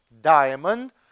diamond